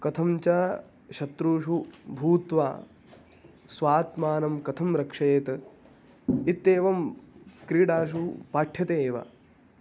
कथञ्च शत्रुषु भूत्वा स्वात्मानं कथं रक्षयेत् इत्येवं क्रीडासु पाठ्यते एव